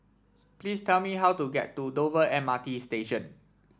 please tell me how to get to Dover M R T Station